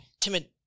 timid